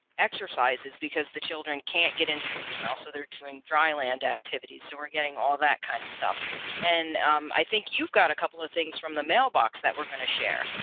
exercises because the children can't get into the pool now so they're doing dry land activities so we're getting all that kind of stuff and i think you've got a couple of things from the mailbox that we're going to share.